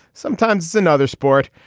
sometimes in other sport.